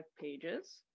pages